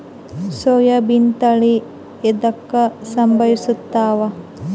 ಸೋಯಾಬಿನ ತಳಿ ಎದಕ ಸಂಭಂದಸತ್ತಾವ?